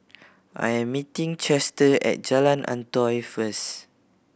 I'm meeting Chester at Jalan Antoi first